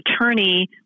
attorney